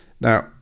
now